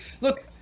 Look